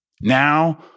Now